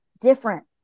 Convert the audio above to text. different